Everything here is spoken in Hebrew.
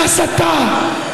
ההסתה,